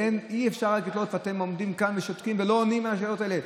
אי-אפשר לראות שאתם עומדים כאן ושותקים ולא עונים על השאלות האלה.